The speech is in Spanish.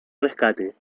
rescate